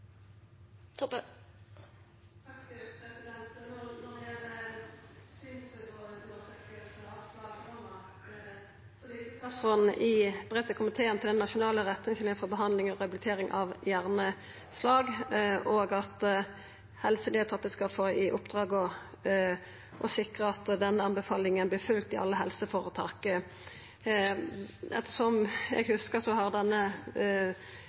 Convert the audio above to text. statsråden i brev til komiteen til nasjonal retningslinje for behandling og rehabilitering av hjerneslag, og at Helsedirektoratet skal få i oppdrag å sikra at denne anbefalinga vert følgd i alle helseføretak. Etter kva eg hugsar, har denne